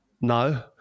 no